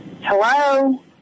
Hello